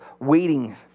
waiting